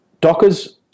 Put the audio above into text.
Docker's